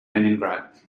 leningrad